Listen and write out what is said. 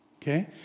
okay